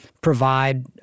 provide